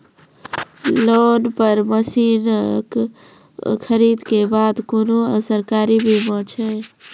Loan पर मसीनऽक खरीद के बाद कुनू सरकारी बीमा छै?